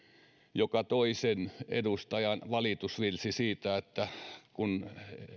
joka toisen edustajan valitusvirsi siitä että